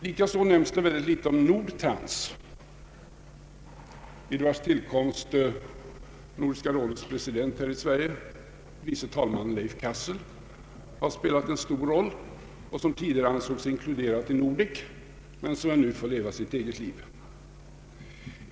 Likaså nämns det endast litet om Nordtrans, vid vars tillkomst Nordiska rådets president här i Sverige, vice talmannen Leif Cassel, har spelat en stor roll och som tidigare ansågs inkluderat i Nordek men nu får leva sitt eget liv.